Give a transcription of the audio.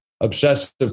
obsessive